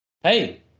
hey